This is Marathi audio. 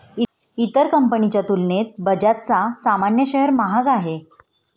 इतर कंपनीच्या तुलनेत बजाजचा सामान्य शेअर महाग आहे